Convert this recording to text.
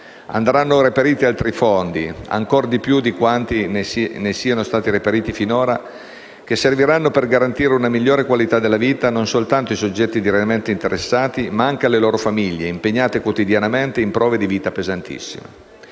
Andranno reperiti altri fondi, ancor di più di quanti ne siano stati individuati finora, che serviranno per garantire una migliore qualità della vita non soltanto ai soggetti direttamente interessati, ma anche alle loro famiglie impegnate quotidianamente in prove di vita pesantissime.